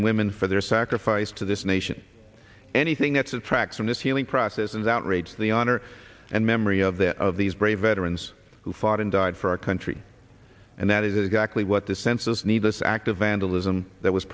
and women for their sacrifice to this nation anything that's attracts from this healing process and outrage the honor and memory of that of these brave veterans who fought and died for our country and that is exactly what the census needless act of vandalism that was